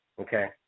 okay